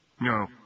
No